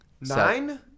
Nine